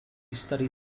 studied